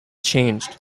changed